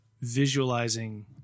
visualizing